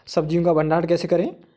सब्जियों का भंडारण कैसे करें?